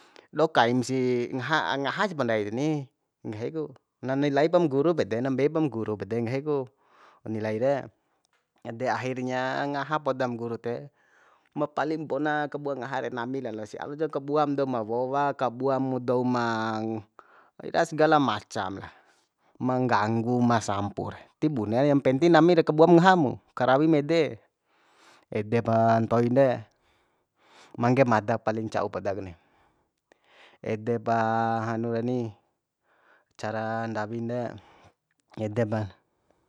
Dokaim si ngaha ngaha japa ndai reni nggahi ku na nilai pam guru pede na mbei pam guru pede nggahi ku nilai re ede ahirnya ngaha podam guru de ma paling bona kabua ngaha re nami lalo sih alu jam kabuam dou ma wowa kabuam douma sgala macam lah ma ngganggu ma sampu re ti bunen yang penting nami re kabuam ngaha mu karawim ede edepa ntoin de mangge mada paling ca'u podak ni ede pa hanu reni cara ndawin de ede pa